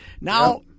now